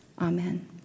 Amen